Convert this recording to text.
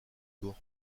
tour